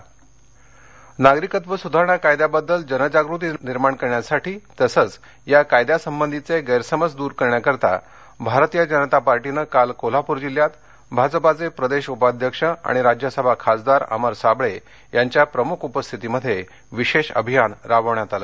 नागरिकत्व सधारणा कायदा कोल्हापर नागरिकत्व सुधारणा कायद्याबद्दल जनजागृती निर्माण करण्यासाठी तसंच या कायद्यासंबंधीचे गैरसमज दूर करण्यासाठी भारतीय जनता पक्षानं काल कोल्हापूर जिल्ह्यात भाजपाचे प्रदेश उपाध्यक्ष आणि राज्यसभा खासदार अमर साबळे यांच्या प्रमुख उपस्थितीमध्ये विशेष अभियान राबवण्यात आलं